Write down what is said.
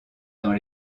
dans